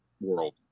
world